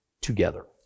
together